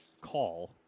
call